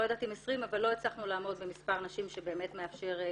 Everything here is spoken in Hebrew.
לא יודעת אם 20 אבל לא הצלחנו לעמוד במספר נשים שבאמת מאפשר.